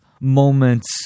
moments